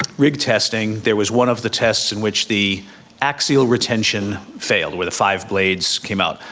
rig testing there was one of the tests in which the axial retention failed, where the five blades came out.